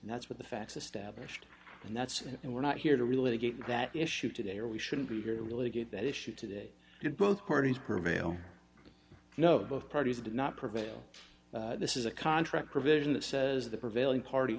and that's what the facts established and that's it we're not here to really get that issue today or we shouldn't be here to really get that issue today could both parties prevail know both parties did not prevail this is a contract provision that says the prevailing party